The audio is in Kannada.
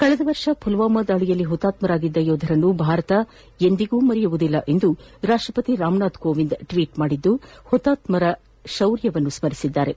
ಕಳೆದ ವರ್ಷ ಪುಲ್ವಾಮಾ ದಾಳಿಯಲ್ಲಿ ಹುತಾತ್ಮರಾದ ಯೋಧರನ್ನು ಭಾರತ ಎಂದಿಗೂ ಮರೆಯುವುದಿಲ್ಲ ಎಂದು ರಾಷ್ಟ್ರಪತಿ ರಾಮನಾಥ ಕೋವಿಂದ್ ಟ್ವೀಟ್ ಮಾಡಿದ್ದು ಹುತಾತ್ಮರ ಶೌರ್ಯವನ್ನು ಸ್ಮರಿಸಿದ್ದಾರೆ